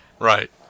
Right